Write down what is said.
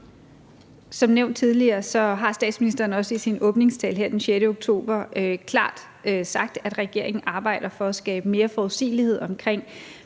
Som nævnt tidligere, har statsministeren også i sin åbningstale her den 6. oktober jo klart sagt, at regeringen arbejder for at skabe mere forudsigelighed omkring,